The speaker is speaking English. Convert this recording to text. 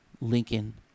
Lincoln